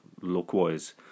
look-wise